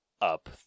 up